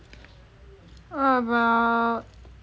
what about